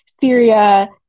Syria